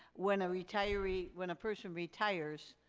when retiree, when a person retires,